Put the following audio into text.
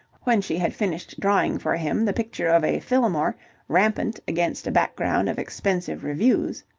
when she had finished drawing for him the picture of a fillmore rampant against a background of expensive revues.